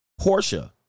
Porsche